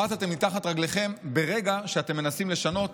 שמטתם מתחת רגליכם ברגע שאתם מנסים לשנות